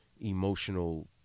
emotional